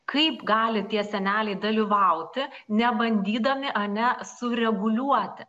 kaip gali tie seneliai dalyvauti nebandydami ane sureguliuoti